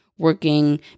working